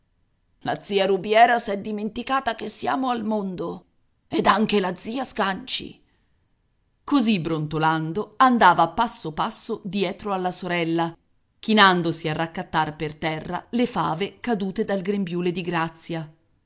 la zia rubiera s'è dimenticata che siamo al mondo ed anche la zia sganci così brontolando andava passo passo dietro alla sorella chinandosi a raccattar per terra le fave cadute dal grembiule di grazia